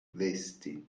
vesti